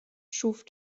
schuf